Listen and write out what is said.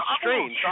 strange